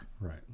Right